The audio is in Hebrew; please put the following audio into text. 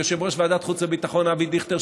יושב-ראש ועדת החוץ והביטחון אבי דיכטר,